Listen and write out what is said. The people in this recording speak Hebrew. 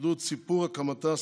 שידעו את סיפור הקמתה,